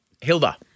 Hilda